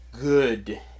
good